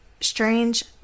Strange